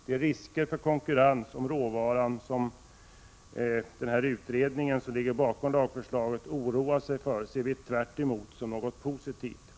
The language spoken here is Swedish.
De risker för konkurrens om råvaran som utredningen ”— dvs. den utredning som ligger bakom det föreliggande lagförslaget —” oroar sig för ser vi tvärt emot som något positivt.